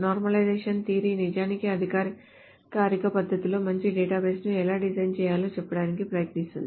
normalisation theory నిజానికి అధికారిక పద్ధతిలో మంచి డేటాబేస్ని ఎలా డిజైన్ చేయాలో చెప్పడానికి ప్రయత్నిస్తుంది